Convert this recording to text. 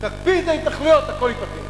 תקפיא את ההתנחלויות, הכול ייפתר.